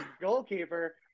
Goalkeeper